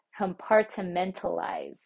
compartmentalize